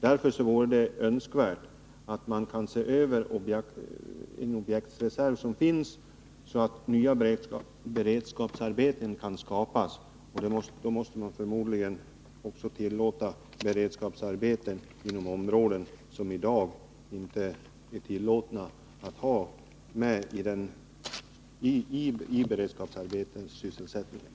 Därför vore det önskvärt om man kunde se över den objektsreserv som finns, så att nya beredskapsarbeten kan skapas. Då måste man förmodligen också tillåta beredskapsarbete inom områden som i dag inte är tillåtna för beredskapsarbete, typ skolor och fritidsanläggningar.